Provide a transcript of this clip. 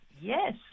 Yes